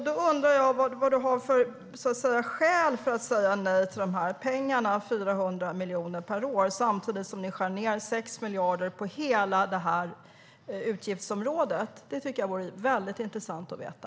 Då undrar jag vad ni har för skäl för att säga nej till de 400 miljonerna per år, samtidigt som ni skär ned 6 miljarder på hela utgiftsområdet. Det tycker jag vore väldigt intressant att veta.